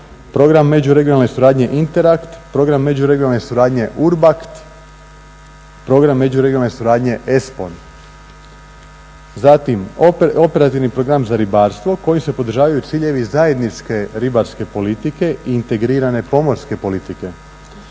Program međuregionalne suradnje INTERACT, Program međuregionalne suradnje URBACT, Program međuregionalne suradnje ESPON, zatim Operativni program za ribarstvo kojim se podržavaju ciljevi zajedničke ribarske politike i integrirane pomorske politike,